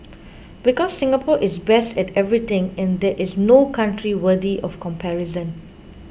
because Singapore is best at everything and there is no country worthy of comparison